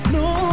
no